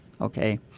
okay